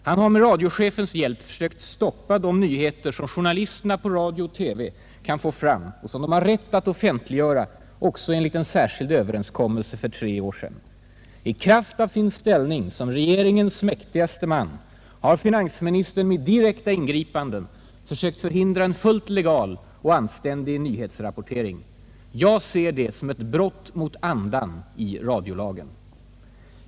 Han har med radiochefens hjälp försökt stoppa de nyheter som journalisterna på radio och TV kan få fram och som de har rätt att offentliggöra också enligt en särskild överenskommelse för tre år sedan. I kraft av sin ställning som regeringens mäktigaste man har finansministern med direkta ingripanden försökt förhindra en fullt legal och anständig nyhetsrapportering. Jag ser det som ett brott mot andan i radiolagen.